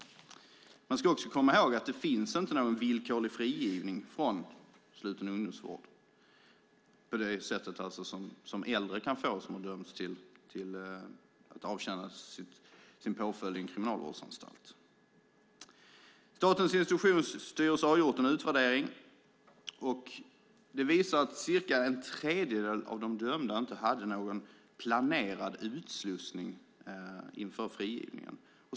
Man ska också komma ihåg att det inte finns någon villkorlig frigivning från sluten ungdomsvård på samma sätt som äldre kan få som har dömts att avtjäna sin påföljd i en kriminalvårdsanstalt. Statens Institutionsstyrelse har gjort en utvärdering. Den visar att cirka en tredjedel av de dömda inte hade någon planerad utslussning inför frigivningen.